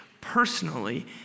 personally